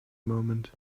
moment